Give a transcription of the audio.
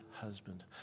husband